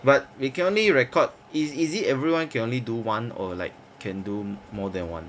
but we can only record is is it everyone can only do one or like can do more than one